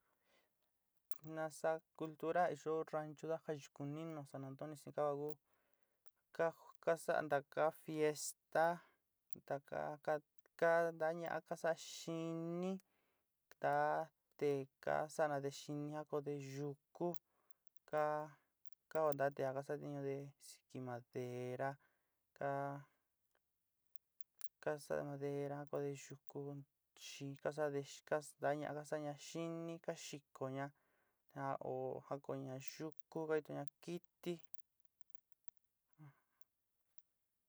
Nasá cultura iyó ranchuda ja yukuninu san antonio sinicahua ku ka saá ntaka fiesta, taka ka da ñaá ka sa'a xiní ka te ka saanade xini jakode yukú ka óó nta te kasatiñude siki madera, ka saa madera kode yuku chi ka sade ka staña ka saáña xiní ka xikoña na óó jakoña yuku ka jitoña kití.